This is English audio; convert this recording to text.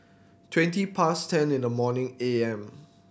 twenty past ten in the morning A M